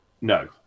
no